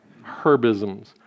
Herbisms